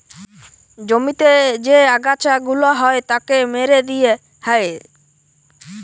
জমিতে যে আগাছা গুলা হ্যয় তাকে মেরে দিয়ে হ্য়য়